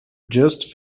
just